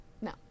No